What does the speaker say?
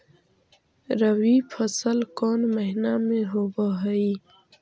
रबी फसल कोन महिना में होब हई?